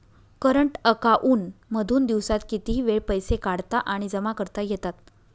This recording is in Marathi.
करंट अकांऊन मधून दिवसात कितीही वेळ पैसे काढता आणि जमा करता येतात